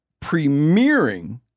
premiering